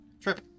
trip